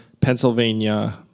Pennsylvania